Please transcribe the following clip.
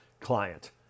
client